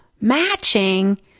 matching